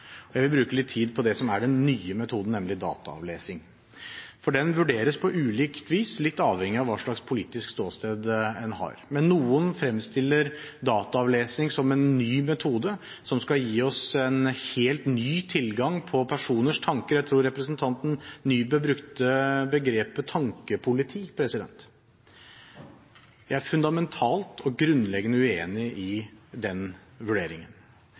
metoder. Jeg vil bruke litt tid på det som er den nye metoden, nemlig dataavlesing. Den vurderes på ulikt vis, litt avhengig av hva slags politisk ståsted en har, men noen fremstiller dataavlesing som en ny metode, som skal gi oss en helt ny tilgang på personers tanker – jeg tror representanten Nybø brukte begrepet «tankepoliti». Jeg er fundamentalt og grunnleggende uenig i den vurderingen.